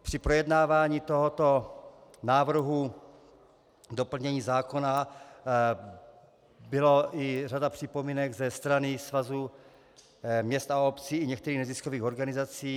Při projednávání tohoto návrhu doplnění zákona byla i řada připomínek ze strany Svazu měst a obcí i některých neziskových organizací.